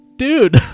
dude